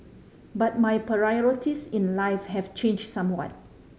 but my priorities in life have changed somewhat